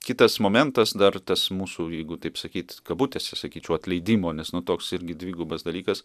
kitas momentas dar tas mūsų jeigu taip sakyt kabutėse sakyčiau atleidimo nes nu toks irgi dvigubas dalykas